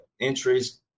entries